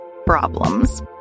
problems